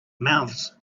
mouths